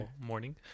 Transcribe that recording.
Morning